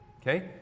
Okay